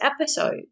episode